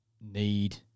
need